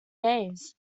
days